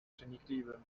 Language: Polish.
przenikliwym